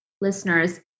listeners